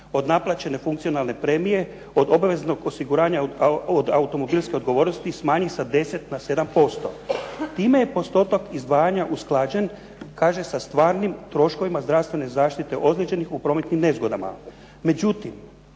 od naplaćene funkcionalne premije od obaveznog osiguranja od automobilske odgovornosti smanji sa 10 na 7%. Time je postotak izdvajanja usklađen kaže sa stvarnim troškovima zdravstvene zaštite ozlijeđenih u prometnim nezgodama.